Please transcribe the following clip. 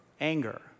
anger